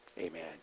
Amen